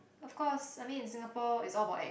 of course I mean in Singapore it's all about act